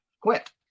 quit